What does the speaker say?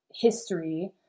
history